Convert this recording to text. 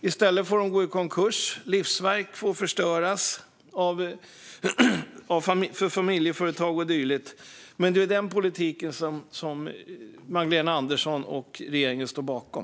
I stället får företagen gå i konkurs och livsverk förstöras för familjeföretag och dylikt. Det är den politiken som Magdalena Andersson och regeringen står bakom.